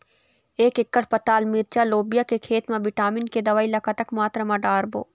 एक एकड़ पताल मिरचा लोबिया के खेत मा विटामिन के दवई ला कतक मात्रा म डारबो?